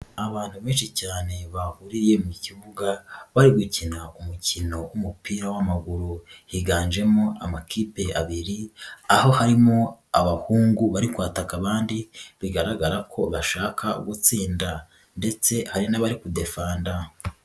Abantu benshi cyane bahuriye mu kibuga bari gukina umukino w'umupira w'amaguru, higanjemo amakipe abiri aho harimo abahungu bari kwataka abandi bigaragara ko bashaka gutsinda ndetse hari n'abari kudefanda.